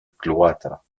cloîtres